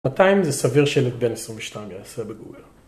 מאתיים זה סביר שילד בן 22 יעשה בגוגל?